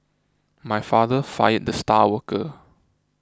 my father fired the star worker